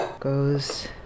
Goes